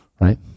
right